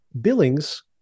Billings